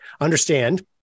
understand